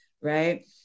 right